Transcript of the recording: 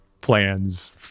plans